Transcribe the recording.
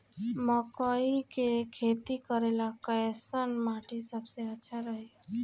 मकई के खेती करेला कैसन माटी सबसे अच्छा रही?